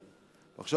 ועכשיו,